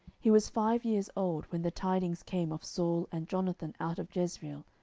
he was five years old when the tidings came of saul and jonathan out of jezreel,